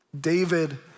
David